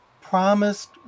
promised